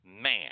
man